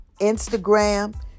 Instagram